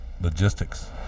Logistics